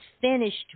finished